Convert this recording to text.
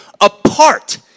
apart